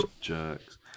jerks